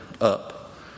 up